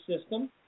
system